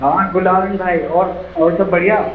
ہاں گلابن بھائی اور اور سب بڑھیا